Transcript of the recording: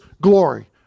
glory